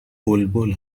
بلبل